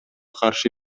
каршы